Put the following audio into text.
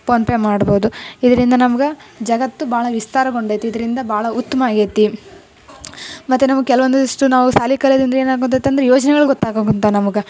PhonePe ಮಾಡ್ಬೋದು ಇದರಿಂದ ನಮ್ಗೆ ಜಗತ್ತು ಭಾಳ ವಿಸ್ತಾರಗೊಂಡೈತೆ ಇದರಿಂದ ಭಾಳ ಉತ್ತಮ ಆಗೈತೆ ಮತ್ತೆ ನಮಗೆ ಕೆಲೊಂದಿಷ್ಟು ನಾವು ಶಾಲಿ ಕಲಿಯೋದರಿಂದ ಏನಾಗುತೈತೆ ಅಂದ್ರೆ ಯೋಜನೆಗಳು ಗೊತ್ತಾಗೋಗುತ್ತೆ ನಮಗೆ